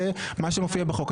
זה מה שמופיע בחוק,